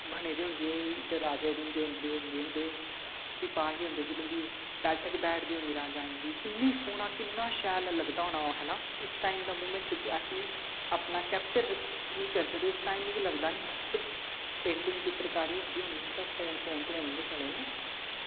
बने दे होंगे इंदे च राजे रौंह्दे होगे होंदे सिपाही होंदे जेल्लै इंदी बैठक बैठदी होनी राजाएं दी किन्नी सौह्ना किन्ना शैल लगदा होना ओह् है ना उस टाइम दे मूवमेंट च असें ई अपना कैप्चर निं करी सकदे उस टाइम मिगी लगदा निं हा सिर्फ पेंटिंग चित्रकारी होंदी होनी ते फोन शोन ते हून गै चले न